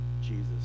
Jesus